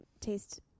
taste